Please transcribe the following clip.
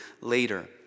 later